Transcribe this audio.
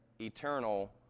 eternal